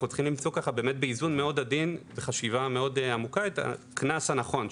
אנחנו צריכים למצוא באיזון מאוד עדין וחשיבה מאוד עמוקה את הקנס הנכון,